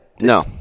No